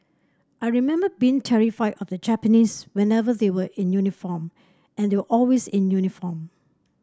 I remember being terrified of the Japanese whenever they were in uniform and they were always in uniform